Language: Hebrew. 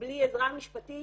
בלי עזרה משפטית,